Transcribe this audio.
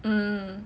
hmm